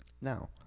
Now